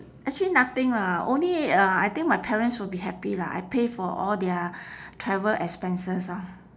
actually nothing lah only uh I think my parents will be happy lah I pay for all their travel expenses ah